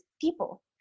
people